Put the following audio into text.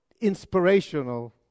inspirational